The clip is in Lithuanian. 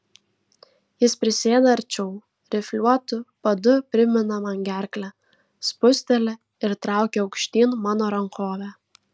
jis prisėda arčiau rifliuotu padu primina man gerklę spūsteli ir traukia aukštyn mano rankovę